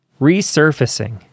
Resurfacing